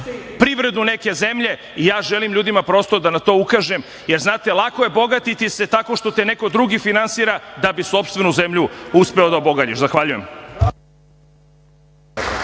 privredu neke zemlje i ja želim ljudima, prosto, da na to ukažem jer lako je bogatiti se tako što te neko drugi finansira da bi sopstvenu zemlju uspeo da obogaljiš. Zahvaljujem.